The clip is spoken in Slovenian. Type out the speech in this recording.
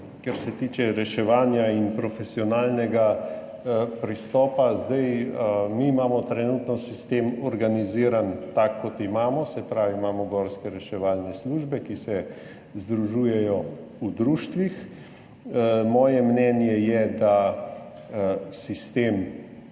Kar se tiče reševanja in profesionalnega pristopa, imamo mi trenutno sistem organiziran tako, kot ga imamo, se pravi imamo gorske reševalne službe, ki se združujejo v društvih. Moje mnenje je, da sistem